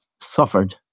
suffered